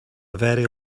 very